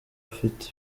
ufite